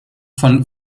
von